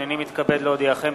הנני מתכבד להודיעכם,